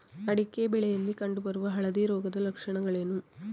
ಅಡಿಕೆ ಬೆಳೆಯಲ್ಲಿ ಕಂಡು ಬರುವ ಹಳದಿ ರೋಗದ ಲಕ್ಷಣಗಳೇನು?